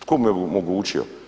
Tko mu je omogućio?